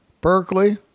Berkeley